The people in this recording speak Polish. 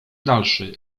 dalszy